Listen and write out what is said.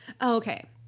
Okay